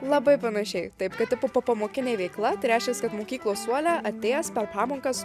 labai panašiai taip kad tipo popamokinė veikla tai reiškias kad mokyklos suole atėjęs per pamokas